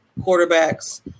quarterbacks